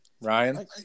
Ryan